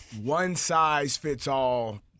one-size-fits-all